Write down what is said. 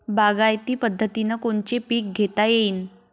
बागायती पद्धतीनं कोनचे पीक घेता येईन?